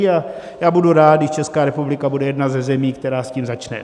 A já budu rád, když Česká republika bude jedna ze zemí, která s tím začne.